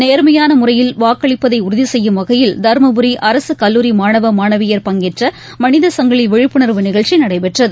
நேர்மையான முறையில் வாக்களிப்பதை உறுதி செய்யும் வகையில் தருமபுரி அரசு கல்லூரி மாணவ மாணவியர் பங்கேற்ற மனித சங்கிலி விழிப்புணர்வு நிகழ்ச்சி நடைபெற்றது